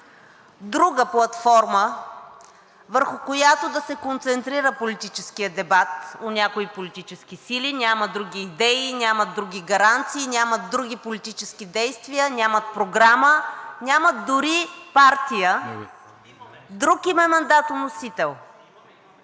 друга платформа, върху която да се концентрира политическият дебат у някои политически сили – нямат други идеи, нямат други гаранции, нямат други политически действия, нямат програма, нямат дори партия. АСЕН ВАСИЛЕВ